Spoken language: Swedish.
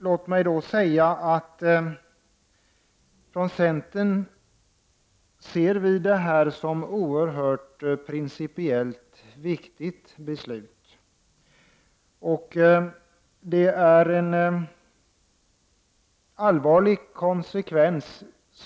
Låt mig då säga att vi från centern ser detta som ett principiellt sett oerhört viktigt beslut och att detta kan få en allvarlig konsekvens.